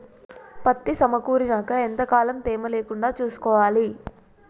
పత్తి సమకూరినాక ఎంత కాలం తేమ లేకుండా చూసుకోవాలి?